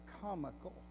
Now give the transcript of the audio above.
comical